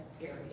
area